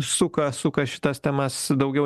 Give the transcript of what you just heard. suka suka šitas temas daugiau